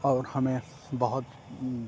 اور ہمیں بہت